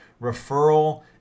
referral